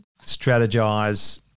strategize